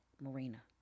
Marina